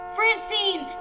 Francine